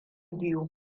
biyu